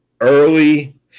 early